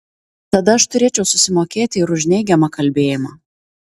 tada aš turėčiau susimokėti ir už neigiamą kalbėjimą